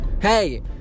Hey